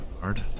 Hard